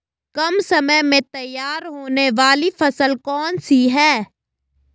कम समय में तैयार होने वाली फसल कौन सी है?